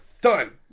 Done